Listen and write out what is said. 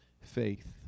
faith